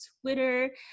Twitter